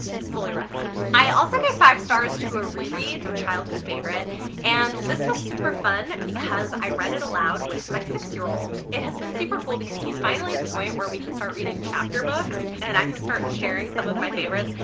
fully recommend. i also gave five stars to a reread a childhood favorite and this was super fun because i read it aloud with my six year old. it has been super cool because he's finally at the point where we can start reading chapter books and i can start sharing some of my favorites.